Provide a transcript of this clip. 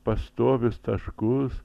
pastovius staškus